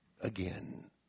again